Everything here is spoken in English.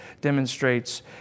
demonstrates